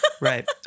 Right